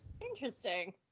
interesting